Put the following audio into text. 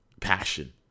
passion